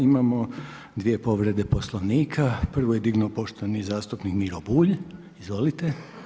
Imamo dvije povrede Poslovnika, prvu je dignuo poštovani zastupnik Miro Bulj, izvolite.